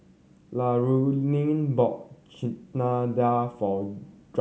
Laraine bought Chana Dal for